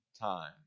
time